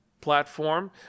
platform